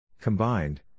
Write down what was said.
Combined